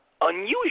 unusual